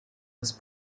ist